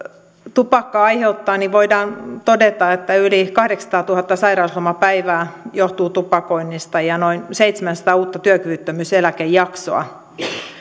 tupakka aiheuttaa niin voidaan todeta että yli kahdeksansataatuhatta sairauslomapäivää johtuu tupakoinnista ja noin seitsemänsataa uutta työkyvyttömyyseläkejaksoa